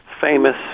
famous